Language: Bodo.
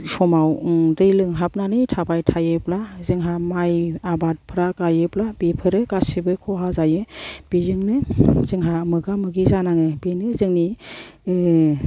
समाव दै लोमहाबनानै थाबाय थायोब्ला जोंहा माइ आबादफ्रा गायोब्ला बेफोरो गासैबो खहा जायो बेजोंनो जोंहा मोगा मोगि जानाङो बेनो जोंनि